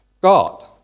God